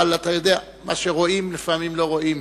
אבל אתה יודע, מה שרואים, לפעמים לא רואים.